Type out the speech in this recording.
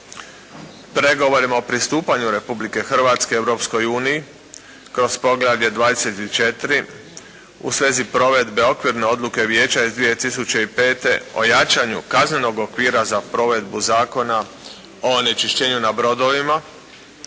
Pregovorima o pristupanju Republike Hrvatske Europskoj uniji kroz poglavlje 24 u svezi provedbe Okvirne odluke vijeća iz 2005. o jačanju kaznenog okvira za provedbu Zakona o onečišćenju na brodovima,